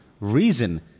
reason